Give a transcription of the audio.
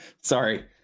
Sorry